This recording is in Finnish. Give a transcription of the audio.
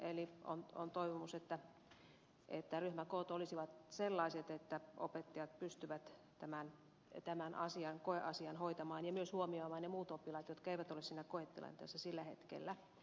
eli on toivomus että ryhmäkoot olisivat sellaiset että opettajat pystyvät tämän koeasian hoitamaan ja myös huomioimaan ne muut oppilaat jotka eivät ole siinä koetilanteessa sillä hetkellä